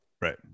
Right